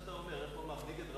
6, אין מתנגדים,